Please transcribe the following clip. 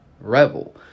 rebel